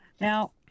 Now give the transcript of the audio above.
Now